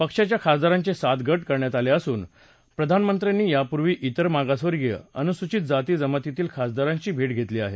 पक्षाच्या खासदारांचे सात गट करण्यात आले असून प्रधानमंत्र्यांनी यापूर्वी तिर मागासवर्गीय अनुसूचित जातीजमातीतील खासदारांशी भेट धेतली आहे